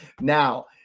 Now